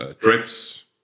trips